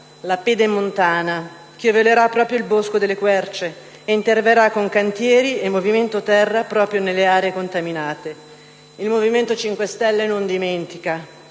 la Pedemontana, che violerà proprio il Bosco delle querce e interverrà con cantieri e movimento terra proprio nelle aree contaminate. Il Movimento 5 Stelle non dimentica.